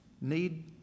need